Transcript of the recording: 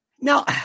Now